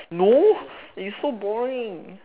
no it's so boring